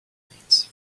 things